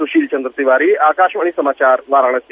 सुशील चन्द्र तिवारी आकाशवाणी समाचार वाराणसी